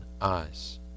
eyes